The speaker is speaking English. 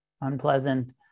Unpleasant